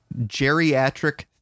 geriatric